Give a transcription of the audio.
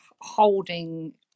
holding